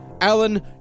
Alan